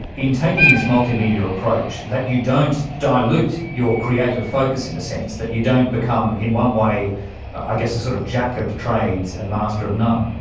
in taking this multimedia approach that you don't dilute your creative focus, in a sense, that you don't become in one way i guess a sort of jack of trades and master of none?